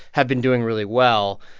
have been doing really well.